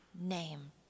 name